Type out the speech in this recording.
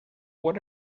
what